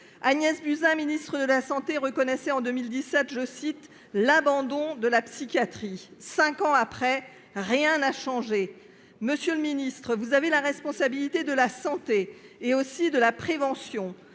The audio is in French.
Agnès Buzyn, ministre de la santé, reconnaissait « l'abandon de la psychiatrie ». Cinq ans après, rien n'a changé ! Monsieur le ministre, vous avez la responsabilité de la santé, mais aussi de la prévention.